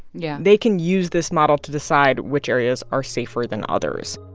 yeah they can use this model to decide which areas are safer than others.